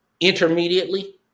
Intermediately